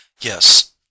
Yes